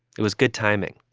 it was good timing.